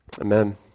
Amen